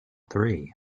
three